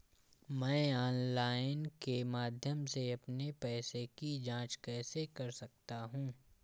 मैं ऑनलाइन के माध्यम से अपने पैसे की जाँच कैसे कर सकता हूँ?